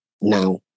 now